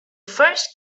first